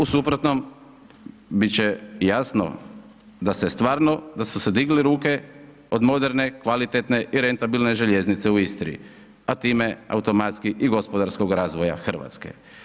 U suprotnom, biti će jasno, da su stvarno, da su se digle ruke, od moderne, kvalitetne i rentabilne željeznice u Istri, a time, automatski i gospodarskog razvoja Hrvatske.